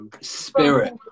Spirit